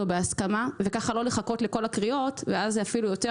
בהסכמה וכך לא לחכות לכל הקריאות ואז זה אפילו טוב יותר.